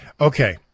Okay